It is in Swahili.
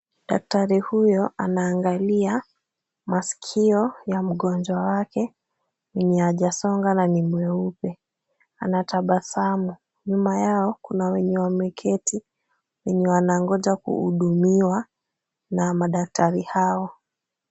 Daktari huyu anaangalia maskio ya mgonjwa wake, mwenye hajasonga na ni mweupe. Anatabasamu. Nyuma yao kuna wenye wameketi wenye wanangoja kuhudumiwa na madaktari hao.